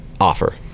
offer